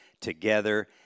together